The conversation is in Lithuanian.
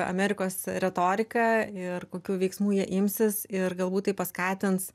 amerikos retorika ir kokių veiksmų jie imsis ir galbūt tai paskatins